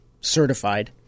certified